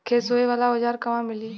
खेत सोहे वाला औज़ार कहवा मिली?